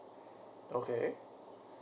okay